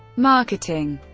marketing